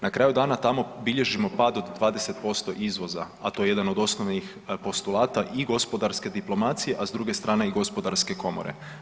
Na kraju dana tamo bilježimo pad od 20% izvoza, a to je jedan od osnovnih postulata i gospodarske diplomacije, a s druge strane i Gospodarske komore.